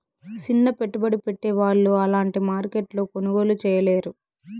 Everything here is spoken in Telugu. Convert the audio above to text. సిన్న పెట్టుబడి పెట్టే వాళ్ళు అలాంటి మార్కెట్లో కొనుగోలు చేయలేరు